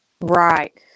Right